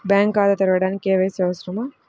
Bank ఖాతా తెరవడానికి KYC అవసరమా?